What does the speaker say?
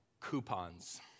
coupons